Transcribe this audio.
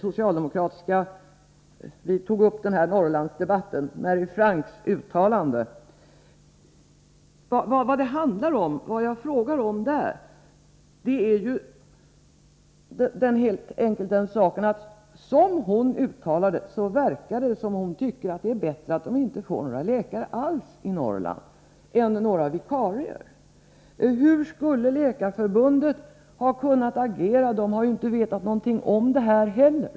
Sedan beträffande debatten i Norrland och Mary Franks uttalande. Min fråga berodde helt enkelt på att det verkade som om hon tycker att det är bättre att de inte får några läkare alls i Norrland än att de får vikarier. Hur skulle Läkarförbundet ha kunnat agera? Man har ju inte vetat någonting om det här heller.